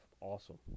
awesome